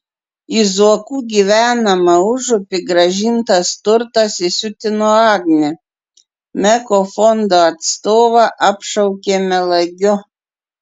į zuokų gyvenamą užupį grąžintas turtas įsiutino agnę meko fondo atstovą apšaukė melagiu